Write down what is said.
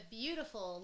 beautiful